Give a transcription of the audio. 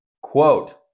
Quote